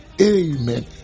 amen